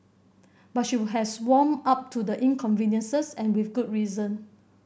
but she would has warmed up to the inconveniences and with good reason